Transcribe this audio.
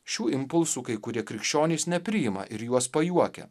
šių impulsų kai kurie krikščionys nepriima ir juos pajuokia